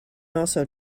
also